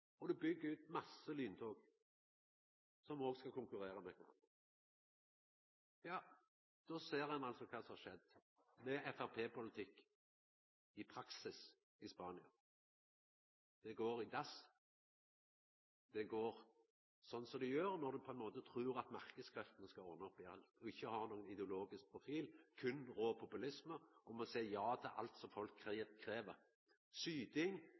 og du byggjer ut masse lyntog, som òg skal konkurrera med kvarandre. Då ser ein kva som har skjedd med framstegspartipolitikk i praksis i Spania. Det går i dass. Det går sånn som det gjer når du trur at marknadskreftene skal ordna opp i alt, og ikkje har nokon ideologisk profil, berre rå populisme og må seia ja til alt som folk krev. Syting